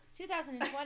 2020